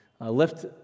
lift